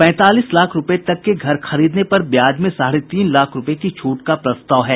पैंतालीस लाख रूपये के घर खरीदने पर ब्याज में साढ़े तीन लाख रूपये की छूट का प्रस्ताव है